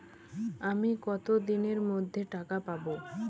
আমি কতদিনের মধ্যে টাকা পাবো?